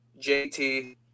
JT